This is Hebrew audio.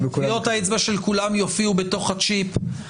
טביעות האצבע של כולם יופיעו בתוך הצ'יפ,